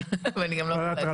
לא.